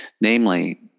Namely